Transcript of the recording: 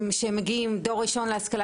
לסטודנטים שמגיעים דור ראשון להשכלה